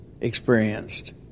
experienced